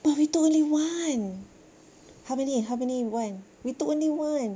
but we took only one how many how many one we only took one